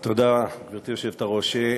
תודה, גברתי היושבת-ראש.